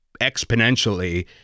exponentially